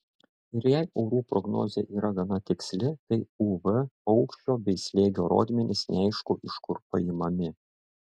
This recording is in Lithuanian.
ir jei orų prognozė yra gana tiksli tai uv aukščio bei slėgio rodmenys neaišku iš kur paimami